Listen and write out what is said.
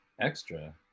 extra